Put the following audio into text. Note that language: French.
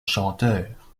chanteur